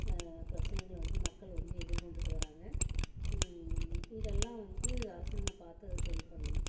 பிரச்சனைகளை வந்து மக்கள் வந்து எதிர்கொண்டுட்டு வராங்க இதெல்லாம் வந்து அரசாங்கம் பார்த்து அதை சரி பண்ணணும்